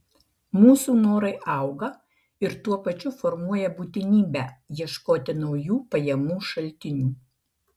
mūsų norai auga ir tuo pačiu formuoja būtinybę ieškoti naujų pajamų šaltinių